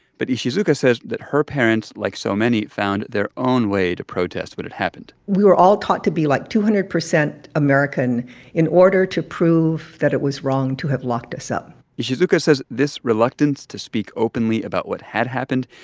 but ishizuka says that her parents, like so many, found their own way to protest what but had happened we were all taught to be, like, two hundred percent american in order to prove that it was wrong to have locked us up ishizuka says this reluctance to speak openly about what had happened,